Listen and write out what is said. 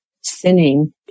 sinning